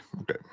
Okay